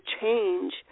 change